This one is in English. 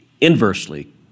inversely